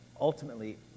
ultimately